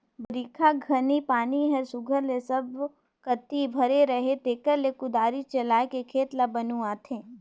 बरिखा घनी पानी हर सुग्घर ले सब कती भरे रहें तेकरे ले कुदारी चलाएके खेत ल बनुवाथे